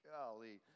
golly